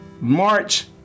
March